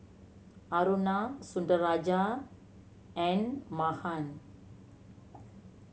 Aruna Sundaraiah and Mahan